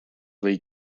või